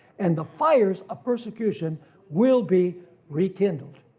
and the fires of persecution will be rekindled.